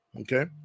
Okay